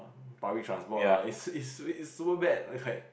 public transport lah it's it's it's super bad like